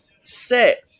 set